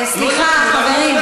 סליחה, חברים.